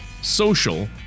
social